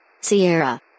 Sierra